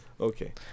Okay